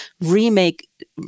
remake